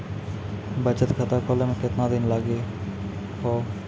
बचत खाता खोले मे केतना दिन लागि हो?